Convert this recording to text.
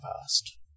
past